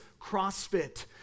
CrossFit